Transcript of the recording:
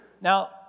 Now